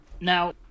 Now